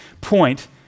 point